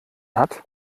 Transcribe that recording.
hat